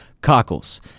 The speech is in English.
cockles